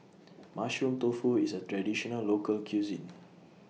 Mushroom Tofu IS A Traditional Local Cuisine